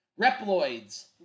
Reploids